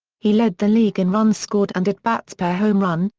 he led the league in runs scored and at-bats per home run,